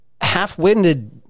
half-winded